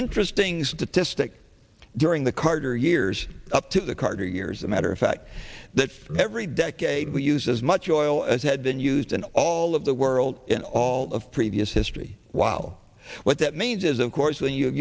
interesting statistic during the carter years up to the carter years a matter of fact that every decade we used as much oil as had been used in all of the world in all of previous history while what that means is of course